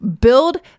build